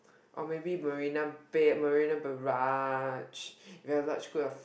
or maybe Marina-Bay Marina-Barrage we have large group of